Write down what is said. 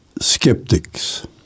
Skeptics